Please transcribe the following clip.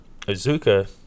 azuka